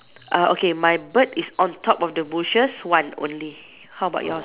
err okay my bird is on top of the bushes one only how about yours